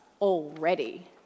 already